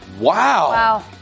Wow